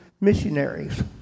missionaries